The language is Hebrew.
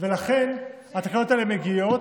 ולכן התקנות האלה מגיעות.